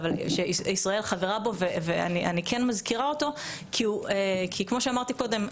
שישראל חברה בו ואני כן מזכירה אותו כי כמו שאמרתי קודם,